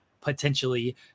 potentially